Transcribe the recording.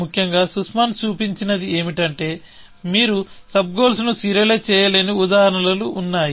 ముఖ్యంగా సుస్మాన్ చూపించినది ఏమిటంటే మీరు సబ్ గోల్స్ ను సీరియలైజ్ చేయలేని ఉదాహరణలు ఉన్నాయి